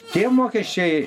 tie mokesčiai